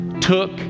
took